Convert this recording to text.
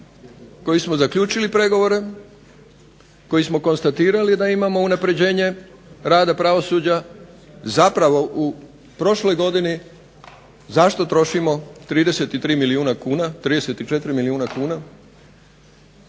koji smo zaključili pregovore, koji smo konstatirali da imamo unapređenje rada pravosuđa zapravo u prošloj godini zašto trošimo 33 milijuna kuna, 34 milijuna kuna.